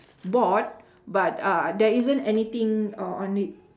board but uh there isn't anything on it